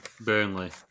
Burnley